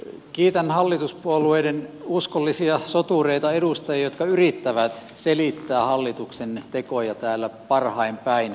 kiitän hallituspuolueiden uskollisia sotureita edustajia jotka yrittävät selittää hallituksen tekoja täällä parhain päin